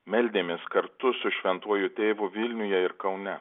meldėmės kartu su šventuoju tėvu vilniuje ir kaune